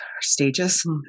stages